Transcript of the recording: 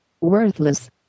worthless